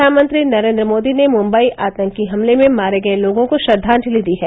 प्रधानमंत्री नरेंद्र मोदी ने मुम्बई आतंकी हमले में मारे गए लोगों को श्रद्वांजलि दी है